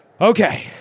Okay